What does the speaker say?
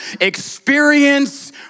Experience